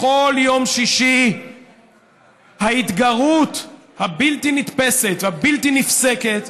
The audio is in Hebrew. בכל יום שישי ההתגרות הבלתי-נתפסת, הבלתי-נפסקת,